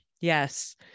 Yes